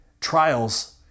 Trials